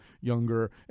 younger